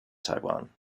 taiwan